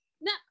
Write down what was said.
No